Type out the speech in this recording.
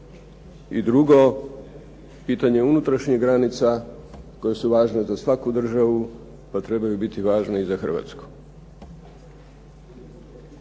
I drugo pitanje unutrašnjih granica koje su važne za svaku državu pa trebaju biti važne i za Hrvatsku.